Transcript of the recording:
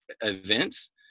events